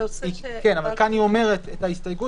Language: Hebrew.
אבל כאן היא מציגה את ההסתייגות